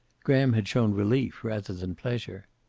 graham had shown relief rather than pleasure.